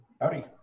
Howdy